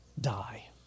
Die